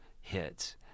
hits